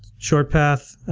short path,